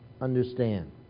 understand